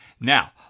Now